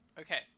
Okay